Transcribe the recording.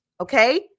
Okay